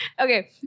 Okay